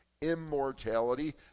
immortality